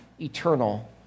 eternal